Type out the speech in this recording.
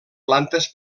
plantes